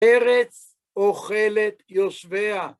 ארץ אוכלת יושביה.